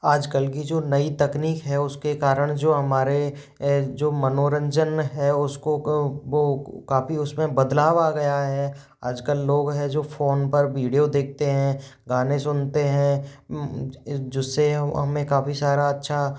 आजकल की जो नई तकनीक है उसके कारण जो हमारे जो मनोरंजन है उसको वह काफ़ी उसमें बदलाव आ गया है आजकल लोग है जो फोन पर वीडियो देखते हैं गाने सुनते हैं जिससे हमें काफ़ी सारा अच्छा